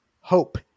Hope